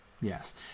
Yes